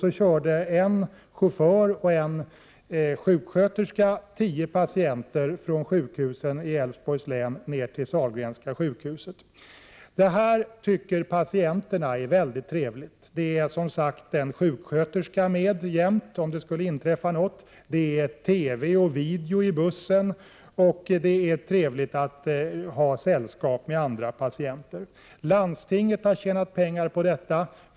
Så körde en chaufför och en sjuksköterska tio patienter från sjukhusen i Älvsborgs län ner till Sahlgrenska sjukhuset. Det här tycker patienterna är väldigt trevligt. Det är som sagt en sjuksköterska med jämt, om det skulle inträffa något, det finns video i bussen och det är trevligt att ha sällskap med andra patienter. Landstinget har tjänat pengar på detta.